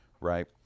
right